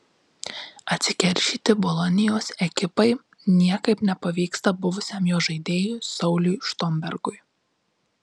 atsikeršyti bolonijos ekipai niekaip nepavyksta buvusiam jos žaidėjui sauliui štombergui